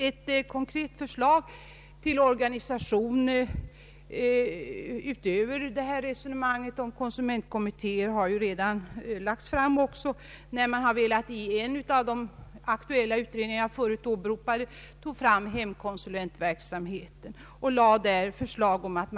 Ett konkret förslag till organisation utöver resonemanget om konsumentkommittéer har också redan lagts fram, då en av de aktuella förut åberopade utredningarna lade fram ett förslag om en vidareutbyggnad av hemkonsulentverksamheten. Detta har inte prövats.